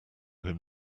him